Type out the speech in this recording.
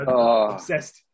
Obsessed